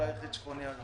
אולי הכי צפוני.